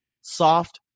soft